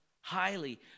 highly